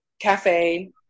cafe